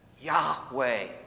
Yahweh